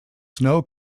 snow